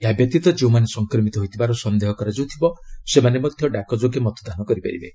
ଏହା ବ୍ୟତୀତ ଯେଉଁମାନେ ସଂକ୍ରମିତ ହୋଇଥିବାର ସନ୍ଦେହ କରାଯାଉଥିବ ସେମାନେ ମଧ୍ୟ ଡାକଯୋଗେ ମତଦାନ କରିପାରିବେ